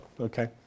Okay